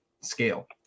scale